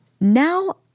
Now